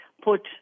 put